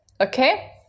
okay